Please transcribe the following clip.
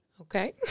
okay